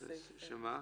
שמה?